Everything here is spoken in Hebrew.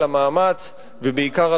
על המאמץ ובעיקר,